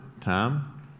Tom